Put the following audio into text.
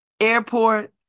airport